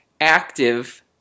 active